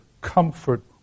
comfort